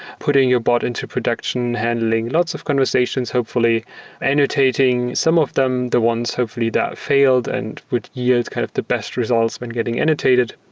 putting your bot into production handling lots of conversations, hopefully annotating some of them, the ones obviously that failed and would yield kind of the best results when getting annotated.